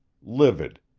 livid,